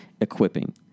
equipping